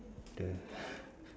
the